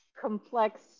complex